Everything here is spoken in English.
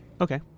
Okay